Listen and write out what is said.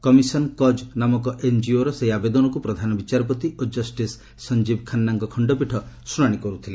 commission cause ନାମକ ଏନ୍ଜିଓର ସେହି ଆବେଦନକ୍ ପ୍ରଧାନ ବିଚାରପତି ଓ ଜଷ୍ଟିସ୍ ସଂଜୀବ ଖାନ୍ନାଙ୍କ ଖଣ୍ଡପୀଠ ଶୁଣାଣି କର୍ତ୍ତିଥିଲେ